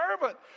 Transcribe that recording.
servant